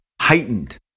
heightened